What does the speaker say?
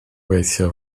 weithio